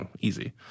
easy